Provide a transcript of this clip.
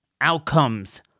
outcomes